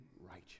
righteous